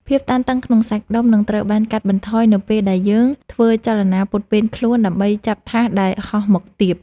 ភាពតានតឹងក្នុងសាច់ដុំនឹងត្រូវបានកាត់បន្ថយនៅពេលដែលយើងធ្វើចលនាពត់ពេនខ្លួនដើម្បីចាប់ថាសដែលហោះមកទាប។